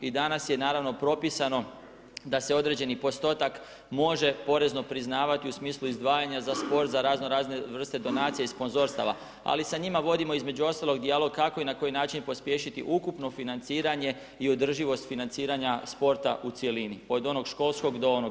I danas je naravno propisano da se određeni postotak može porezno priznavati u smislu izdvajanja za sport, za razno razne vrste donacija i sponzorstava ali sa njima vodimo između ostalog dijalog kako i na koji način pospješiti ukupno financiranje i održivost financiranja sporta u cjelini od onog školskog do onog vrhunskog.